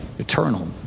eternal